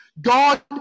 God